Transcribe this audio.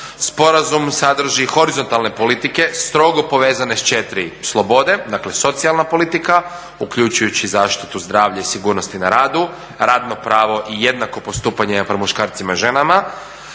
Sporazum sadrži horizontalne politike, strogo povezane s 4 slobode, dakle socijalna politika, uključujući i zaštitu zdravlja i sigurnosti na radu, radno pravo i jednako postupanje prema muškarcima i ženama,